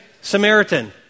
Samaritan